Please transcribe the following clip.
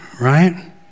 right